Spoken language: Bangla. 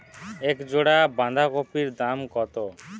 এক জোড়া বাঁধাকপির দাম কত?